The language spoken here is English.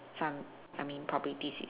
some I mean probably this is